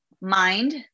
mind